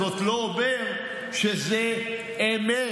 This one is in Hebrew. זה לא אומר שזה אמת.